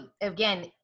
again